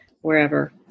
wherever